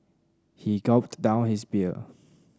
he gulped down his beer